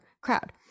crowd